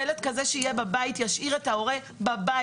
ילד כזה שיהיה בבית, ישאיר את ההורה בבית.